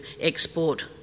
export